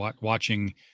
Watching